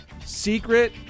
secret